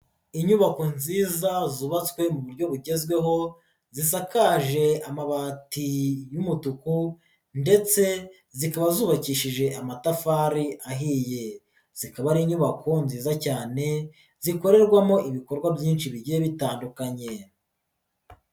Inyubako nziza zubatswe mu buryo bugezweho zisakaje amabati y'umutuku ndetse zikaba zubakishije amatafari ahiye, zikaba ari inyubako nziza cyane zikorerwamo ibikorwa byinshi bigiye bitandukanye.